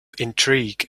intrigue